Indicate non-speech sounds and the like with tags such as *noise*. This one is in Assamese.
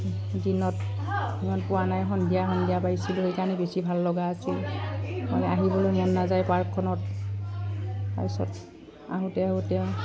দিনত ইমান পোৱা নাই সন্ধিয়া সন্ধিয়া *unintelligible* সেইকাৰণে বেছি ভাল লগা আছিল মানে আহিবলৈ মন নাযায় পাৰ্কখনত তাৰপিছত আহোঁতে আহোঁতে